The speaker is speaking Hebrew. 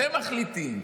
אתם מחליטים.